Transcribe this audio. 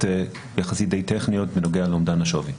יחסית די טכניות בנוגע לאומדן השווי.